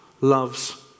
loves